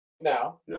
now